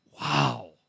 Wow